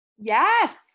Yes